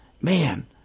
Man